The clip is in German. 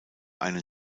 einen